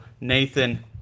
nathan